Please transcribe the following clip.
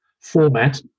format